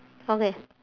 okay